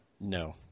No